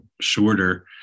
shorter